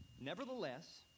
Nevertheless